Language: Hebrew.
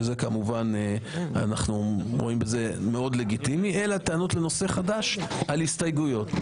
שזה כמובן אנחנו רואים כלגיטימי אלא טענות לנושא חדש על הסתייגויות.